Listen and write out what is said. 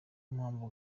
mpamvu